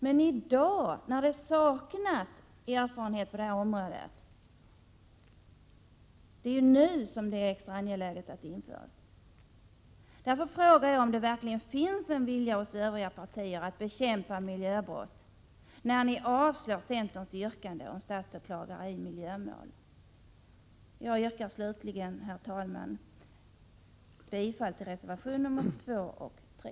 Men i dag, när det saknas erfarenhet, är det extra angeläget att förslaget genomförs. Jag frågar om det verkligen finns en vilja hos övriga partier att bekämpa miljöbrott, när ni avstyrker centerns yrkande om en särskild statsåklagare för sådana här brott. Slutligen, herr talman, yrkar jag bifall till reservationerna 2 och 3.